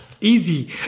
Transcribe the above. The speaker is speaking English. Easy